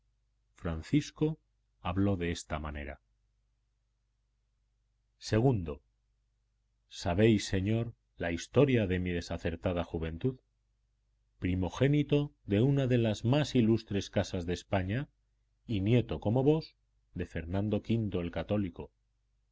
francisco habló de esta manera ii sabéis señor la historia de mi desacertada juventud primogénito de una de las más ilustres casas de españa y nieto como vos de fernando v el católico